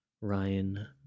ryan